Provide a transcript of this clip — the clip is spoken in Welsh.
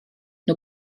nhw